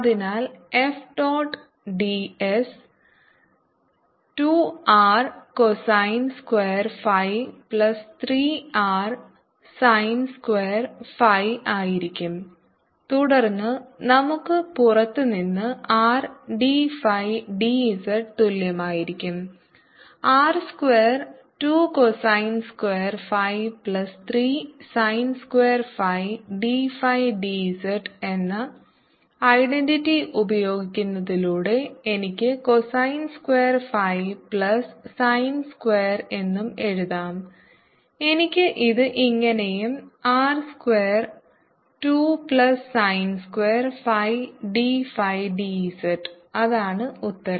അതിനാൽ F dot D S 2 R cosine square phi plus 3 R sine square phi ആയിരിക്കും തുടർന്ന് നമുക്ക് പുറത്ത് നിന്ന് R d phi d z തുല്യമായിരിക്കും R square 2 cosine square phi plus 3 sine square phi d phi dz എന്ന identity ഉപയോഗിക്കുന്നതിലൂടെ എനിക്ക് cosine square phi plus sine square എന്നും എഴുതാം എനിക്ക് ഇത് ഇങ്ങേനെയും R square 2 plus sine square phi d phi d z അതാണ് ഉത്തരം